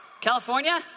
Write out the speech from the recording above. California